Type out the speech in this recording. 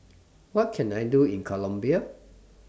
What Can I Do in Colombia